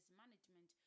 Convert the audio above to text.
management